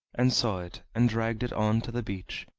and saw it, and dragged it on to the beach,